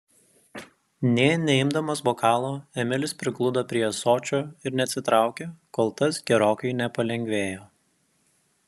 nė neimdamas bokalo emilis prigludo prie ąsočio ir neatsitraukė kol tas gerokai nepalengvėjo